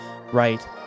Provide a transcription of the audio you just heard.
right